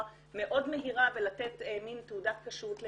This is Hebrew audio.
מאוד מהירה ולתת מן תעודת כשרות למהדרין.